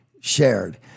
shared